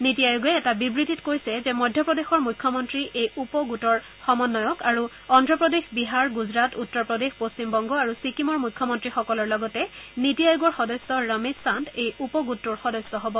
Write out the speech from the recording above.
নিটি আয়োগে এটা বিবৃতিত কৈছে যে মধ্যপ্ৰদেশৰ মুখ্যমন্ত্ৰী এই উপ গোটৰ সমন্বয়ক আৰু অন্ধপ্ৰদেশ বিহাৰ গুজৰাট উত্তৰ প্ৰদেশ পশ্চিমবংগ আৰু ছিক্কিমৰ মুখ্যমন্ত্ৰীসকলৰ লগতে নিটি আয়োগৰ সদস্য ৰমেশ চান্দ এই উপ গোটটোৰ সদস্য হ'ব